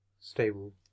Stable